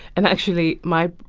and actually my.